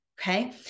Okay